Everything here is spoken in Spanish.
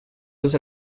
los